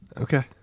Okay